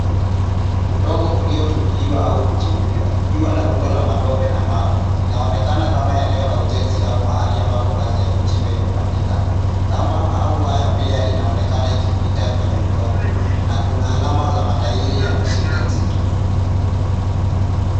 Udongo uliotumbuliwa, au kuchimbiwa ukiwa na rundo la matope, na mawe, linaonekana kama eneo la ujenzi au mahali ambapo kazi ya kuchimba imefanyika. Kamba au waya pia inaonekana ikipita kwenye udongo, na kuna alama ya matairi ya mashine nzito.